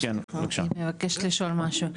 אני מבקשת לשאול משהו,